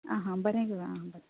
आं आं बरें गो आं आं